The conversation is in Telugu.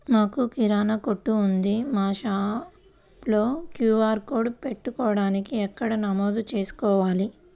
మాకు కిరాణా కొట్టు ఉంది మా షాప్లో క్యూ.ఆర్ కోడ్ పెట్టడానికి ఎక్కడ నమోదు చేసుకోవాలీ?